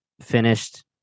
finished